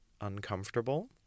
uncomfortable